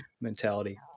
mentality